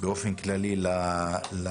באופן כללי לסוגיה.